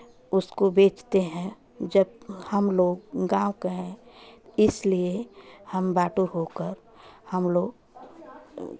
उसको बेचते हैं जब हम लोग गाँव के हैं इसलिए हम बाटु होकर हम लोग